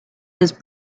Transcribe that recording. his